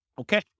Okay